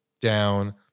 down